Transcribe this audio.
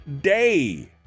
day